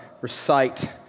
recite